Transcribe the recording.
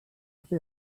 fer